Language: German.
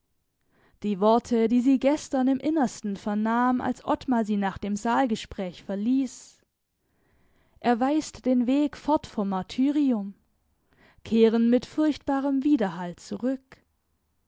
die worte die sie gestern im innersten vernahm als ottmar sie nach dem saalgespräche verließ er weist den weg fort vom martyrium kehren mit furchtbarem widerhall zurück